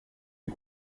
les